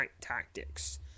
tactics